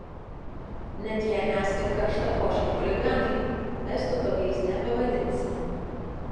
net jei mes ir karštakošiai chuliganai estų tokiais nepavadinsi